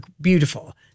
beautiful